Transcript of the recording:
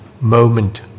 moment